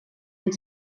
amb